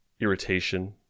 irritation